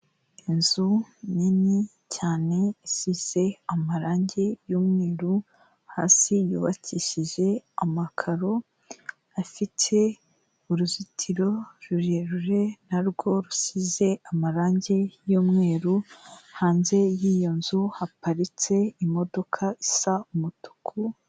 Inzu nini cyane isize amarangi y'umweru, hasi yubakishije amakaro afite uruzitiro rurerure narwo rusize amarangi y'umweru, hanze y'iyo nzu haparitse imodoka isa umutuku.